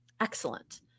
Excellent